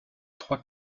trois